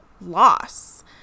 loss